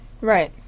Right